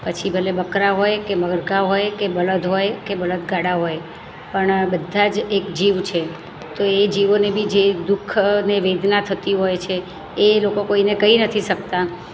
પછી ભલે બકરા હોય કે મરઘાં હોય કે બળદ હોય કે બળદગાડા હોય પણ બધા જ એક જીવ છે તો એ જીવોને બી જે દુખ અને વેદના થતી હોય છે એ લોકો કોઈને કહી નથી શકતા